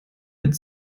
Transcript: mit